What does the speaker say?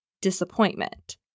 disappointment